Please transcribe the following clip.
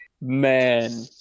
Man